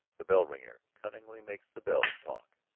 the bell-ringer cunningly makes the bells talk.